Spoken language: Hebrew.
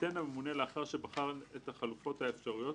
יתן הממונה לאחר שבחן את החלופות האפשריות,